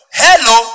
hello